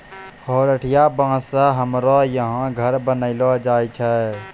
हरोठिया बाँस से हमरो यहा घर बनैलो जाय छै